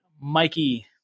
Mikey